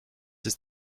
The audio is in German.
ist